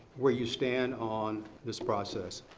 where you stand on this process.